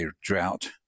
drought